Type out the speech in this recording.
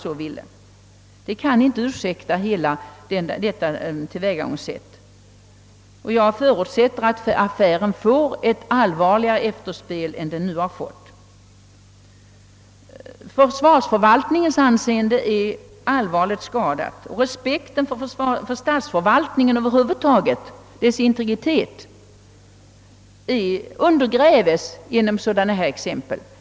Tillvägagångssättet kan inte ursäktas, och jag förutsätter att affären får ett allvarligare efterspel än den hittills fått. Försvarsförvaltningens anseende och respekten för statsförvaltningen över huvud taget är allvarligt skadade. Tron på integriteten undergrävs genom dylika företeelser.